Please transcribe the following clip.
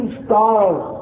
stars